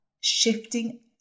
shifting